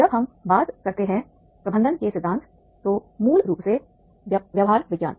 जब हम बात करते हैं प्रबंधन के सिद्धांत तो मूल रूप से व्यवहार विज्ञान